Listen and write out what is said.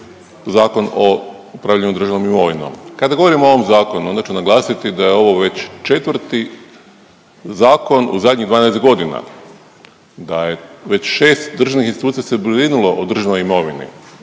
Zakon o upravljanju državnom imovinom. Kada govorimo o ovom zakonu, onda ću naglasiti da je ovo već 4 zakon u zadnjih 12 godina, da je već 6 državnih institucija se brinulo o državnoj imovini